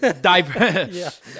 Diverse